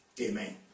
Amen